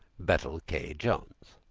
bettel k. jhones